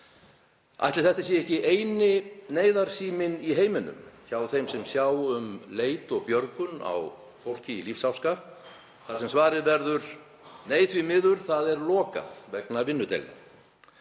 Ætli þetta sé ekki eini neyðarsíminn í heiminum, hjá þeim sem sjá um leit og björgun á fólki í lífsháska, þar sem svarið verður: Nei, því miður, það er lokað vegna vinnudeilna?